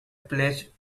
placed